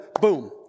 boom